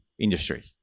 industry